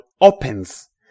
opens